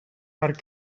per